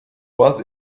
what